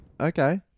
Okay